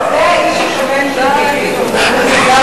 זה סל